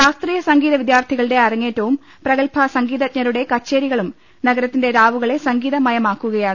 ശാസ്ത്രീയ സംഗീത വിദ്യാർത്ഥികളുടെ അരങ്ങേറ്റവും പ്രഗത്ഭ സംഗീതജ്ഞരുടെ കച്ചേരികളും നഗരത്തിന്റെ രാവുകളെ സംഗീതമയമാക്കുകയാണ്